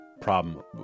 problem